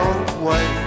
away